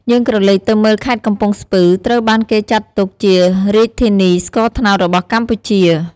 យើងក្រឡេកទៅមើល ខេត្តកំពង់ស្ពឺត្រូវបានគេចាត់ទុកជារាជធានីស្ករត្នោតរបស់កម្ពុជា។